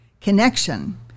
connection